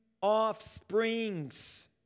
offspring's